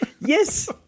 Yes